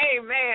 amen